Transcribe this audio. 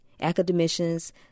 academicians